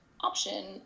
option